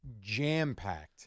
Jam-packed